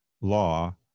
law